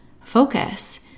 focus